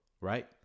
Right